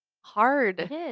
hard